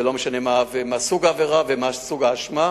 ולא משנה מה סוג העבירה ומה סוג האשמה.